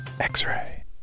x-ray